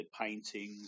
paintings